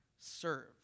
serve